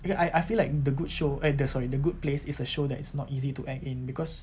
because I I feel like the good show eh the sorry the good place is a show that is not easy to act in because